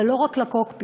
אבל לא רק לקוקפיט,